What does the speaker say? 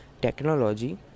technology